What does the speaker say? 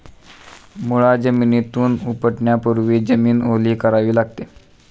मुळा जमिनीतून उपटण्यापूर्वी जमीन ओली करावी लागते